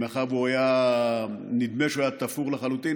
היה נדמה שהוא היה תפור לחלוטין,